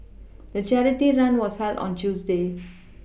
the charity run was held on Tuesday